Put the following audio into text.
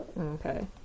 Okay